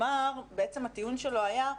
בעצם הטיעון שלו היה,